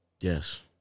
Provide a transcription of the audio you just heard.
Yes